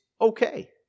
okay